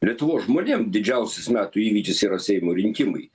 lietuvos žmonėm didžiausias metų įvykis yra seimo rinkimai